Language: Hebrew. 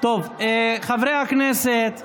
תביאו את פגסוס ותבדקו, מנסור, חברי הכנסת,